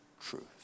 truth